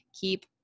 Keep